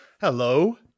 Hello